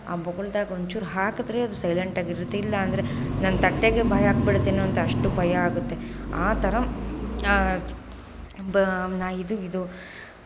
ಆ ಬೊಗಳಿದಾಗ ಒಂಚೂರು ಹಾಕಿದ್ರೆ ಅದು ಸೈಲೆಂಟ್ ಆಗಿ ಇರುತ್ತೆ ಇಲ್ಲ ಅಂದರೆ ನನ್ನ ತಟ್ಟೆಗೆ ಬಾಯಿ ಹಾಕಿಬಿಡುತ್ತೇನೋ ಅಂತ ಅಷ್ಟು ಭಯ ಆಗುತ್ತೆ ಆ ಥರ ಬ ನಾಯಿದು ಇದು